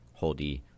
holdy